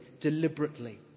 deliberately